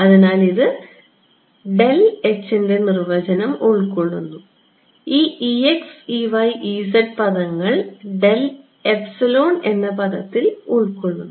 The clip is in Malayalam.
അതിനാൽ ഇത് ൻറെ നിർവചനം ഉൾക്കൊള്ളുന്നുഈ പദങ്ങൾ എന്ന പദത്തിൽ ഉൾക്കൊള്ളുന്നു